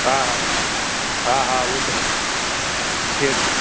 हा हा हा उहा त ॻाल्हि थिए थी